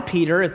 Peter